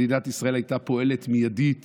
מדינת ישראל הייתה פועלת מיידית